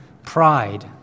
Pride